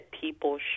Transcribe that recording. people